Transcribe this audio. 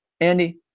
Andy